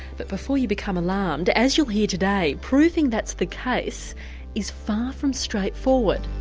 but before you become alarmed, as you'll hear today proving that's the case is far from straightforward.